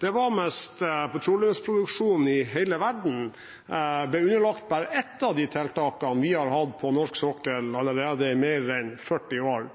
Det er hvis petroleumsproduksjon i hele verden ble underlagt bare ett av de tiltakene vi har hatt på norsk sokkel allerede i mer enn 40 år: